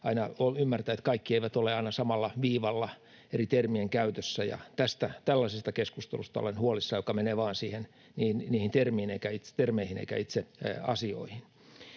aina ymmärtää, että kaikki eivät ole aina samalla viivalla eri termien käytössä. Tällaisesta keskustelusta, joka menee vain niihin termeihin eikä itse asioihin,